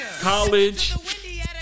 College